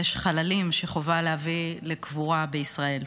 יש חללים שחובה להביא לקבורה בישראל.